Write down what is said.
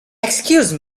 excuse